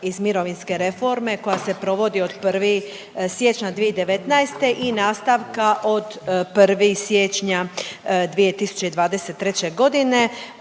iz mirovinske reforme koja se provodi od 1. siječnja 2019. i nastavka od 1. siječnja 2023. godine.